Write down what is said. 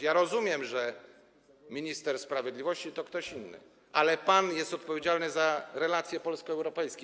Ja rozumiem, że minister sprawiedliwości to ktoś inny, ale pan jest odpowiedzialny za relacje polsko-europejskie.